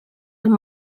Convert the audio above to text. amb